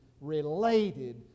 related